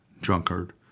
drunkard